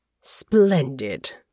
Splendid